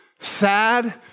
sad